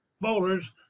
bowlers